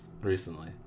recently